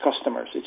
customers